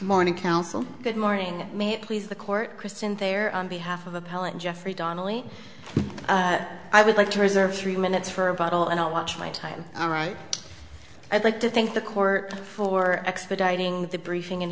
morning council good morning may it please the court christian there on behalf of appellant jeffrey donnelly i would like to reserve three minutes for a bottle and i'll watch my time all right i'd like to thank the court for expediting the briefing and